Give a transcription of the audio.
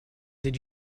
did